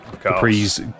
Capri's